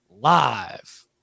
live